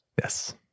Yes